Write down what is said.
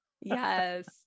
Yes